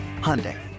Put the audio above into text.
Hyundai